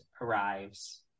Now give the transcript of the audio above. arrives